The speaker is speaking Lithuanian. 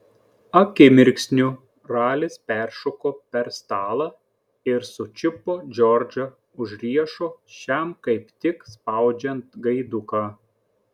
akimirksniu ralis peršoko per stalą ir sučiupo džordžą už riešo šiam kaip tik spaudžiant gaiduką